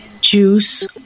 juice